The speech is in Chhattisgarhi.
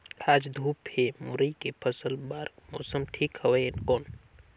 आज धूप हे मुरई के फसल बार मौसम ठीक हवय कौन?